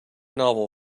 novel